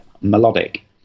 melodic